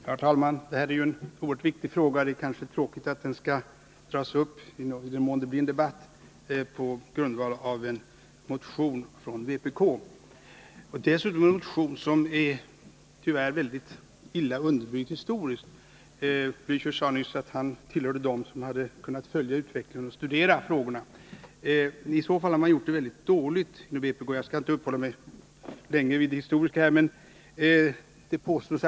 Herr talman! Detta är en oerhört viktig fråga, och det är kanske tråkigt att den skall tas upp till debatt — i den mån det blir någon sådan — på grundval av en motion från vpk. Dessutom är motionen tyvärr mycket illa underbyggd historiskt. Raul Blächer sade nyss att han tillhört dem som hade kunnat följa utvecklingen och studera frågorna. I så fall har man gjort det mycket dåligt inom vpk. Jag skall inte uppehålla mig länge vid det historiska, men jag vill ta upp några påståenden.